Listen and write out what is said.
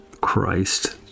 Christ